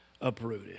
uprooted